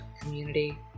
community